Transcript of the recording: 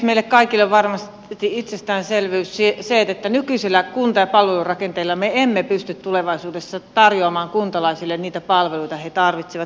meille kaikille on varmasti itsestäänselvyys se että nykyisellä kunta ja palvelurakenteella me emme pysty tulevaisuudessa tarjoamaan kuntalaisille niitä palveluita mitä he tarvitsevat